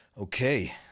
Okay